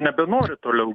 nebenori toliau